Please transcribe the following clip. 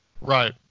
Right